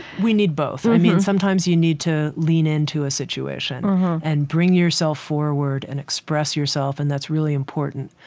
we need both. i mean, sometimes you need to lean into a situation and bring yourself forward and express yourself and that's really important.